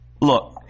Look